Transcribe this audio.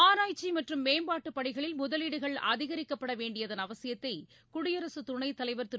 ஆராய்ச்சி மற்றும் மேம்பாட்டுப் பணிகளில் முதலீடுகள் அதிகரிக்கப்பட வேண்டியதள் அவசியத்தை குடியரசு துணைத்தலைவர் திரு